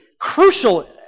crucial